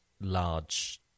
large